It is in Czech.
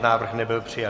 Návrh nebyl přijat.